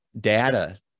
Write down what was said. data